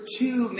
two